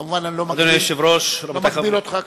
כמובן, אני לא מגביל אותך בזמן.